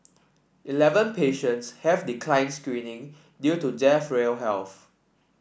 eleven patients have declined screening due to jail frail health